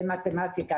למתמטיקה,